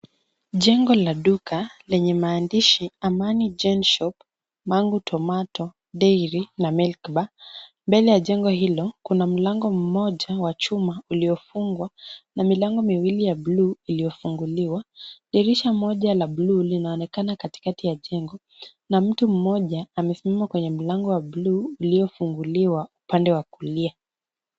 Jengo la duka lenye maandishi Amani Gen Shop Mangu Tomato Dairy na Milk Bar. Mbele ya jengo hilo kuna mlango mmoja wa chuma uliofungwa na milango miwili ya buluu iliyofunguliwa. Dirisha moja la buluu linaonekana kati kati ya jengo na mtu mmoja amesimama kwenye mlango wa buluu uliofunguliwa upande wa kulia.